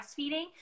breastfeeding